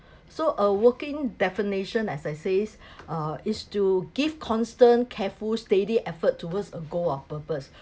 so a working definition as I say uh is to give constant careful steady effort towards a goal of purpose